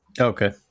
Okay